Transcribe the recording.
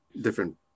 different